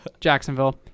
Jacksonville